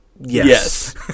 Yes